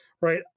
right